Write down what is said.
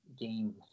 game